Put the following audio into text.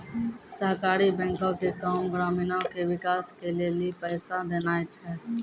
सहकारी बैंको के काम ग्रामीणो के विकास के लेली पैसा देनाय छै